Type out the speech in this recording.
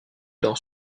dans